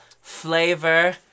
flavor